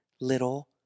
little